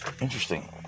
Interesting